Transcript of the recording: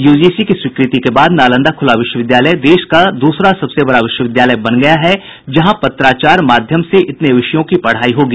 UGC की स्वीकृति के बाद नालंदा खुला विश्वविद्यालय देश का दूसरा सबसे बड़ा विश्वविद्यालय बन गया है जहां पत्राचार माध्यम से इतने विषयों की पढ़ाई होगी